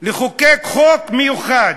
לחוקק חוק מיוחד,